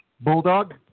bulldog